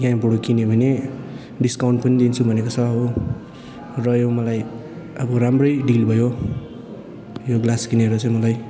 यहीँबाट किन्यो भने डिस्काउन्ट पनि दिन्छु भनेको छ हो र यो मलाई अब राम्रै डिल भयो यो ग्लास किनेर चाहिँ मलाई